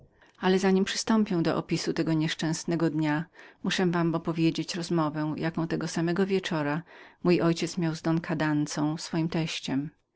ale zanim przystąpię do opisu tego nieszczęsnego dnia muszę wam opowiedzieć rozmowę jaką tego samego wieczora mój ojciec miał z p kadanza swoim teściem